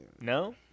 no